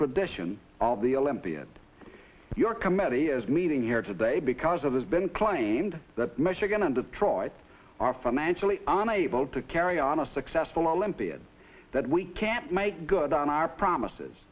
tradition of the olympiad your committee is meeting here today because of this been claimed that michigan and detroit are financially unable to carry on a successful olympiad that we can't make good on our promises